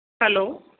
hello